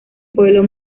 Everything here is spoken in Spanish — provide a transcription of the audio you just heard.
pueblo